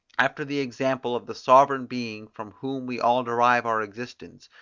after the example of the sovereign being from whom we all derive our existence,